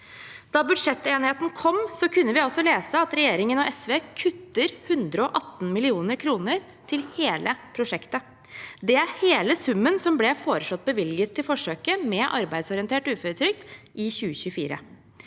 Da budsjettenigheten kom, kunne vi lese at regjeringen og SV kutter 118 mill. kr til hele prosjektet. Det er hele summen som ble foreslått bevilget til forsøket med arbeidsorientert uføretrygd i 2024.